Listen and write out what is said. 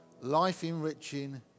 life-enriching